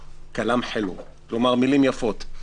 כלומר מילים יפות.